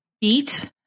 Eat